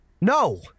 No